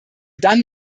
dann